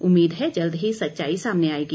उम्मीद है जल्द ही सच्चाई सामने आएगी